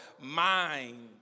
mind